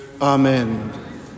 Amen